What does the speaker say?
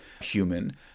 human